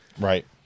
Right